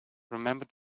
remember